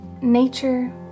nature